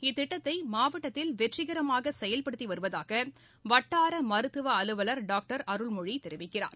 இத்திட்டத்தை மாவட்டத்தில் வெற்றிகரமாக செயல்படுத்தி வருவதாக வட்டார மருத்துவ அலுவலர் டாக்டர் அருள்மொழி தெரிவிக்கிறார்